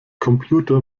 computer